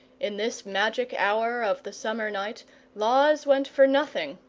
in this magic hour of the summer night laws went for nothing,